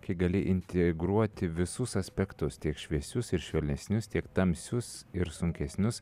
kai gali integruoti visus aspektus tiek šviesius ir švelnesnius tiek tamsius ir sunkesnius